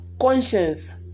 conscience